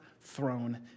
throne